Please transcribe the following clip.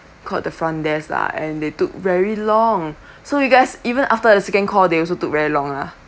called the front desk lah and they took very long so you guys even after the second call they also took very long ah